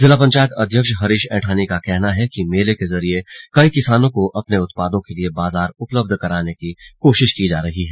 जिला पंचायत अध्यक्ष हरीश ऐठानी का कहना है कि मेले के जरिए कई किसानों को अपने उत्पादों के लिए बाजार उपलब्ध कराने की कोशिश की जा रही है